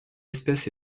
espèce